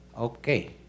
Okay